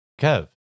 Kev